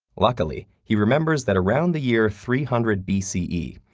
luckily, he remembers that around the year three hundred b c e,